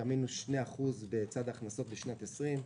את המינוס 2% בצד ההכנסות בשנת 20,